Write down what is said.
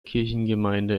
kirchengemeinde